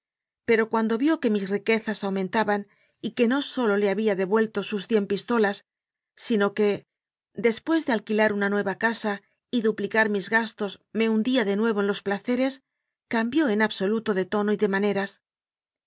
pero cuando vio que mis riquezas aumentaban y que no sólo le ha bía devuelto sus cien pistolas sino que después de alquilar una nueva casa y duplicar mis gastos me hundía de nuevo en los placeres cambió en abso luto de tono y maneras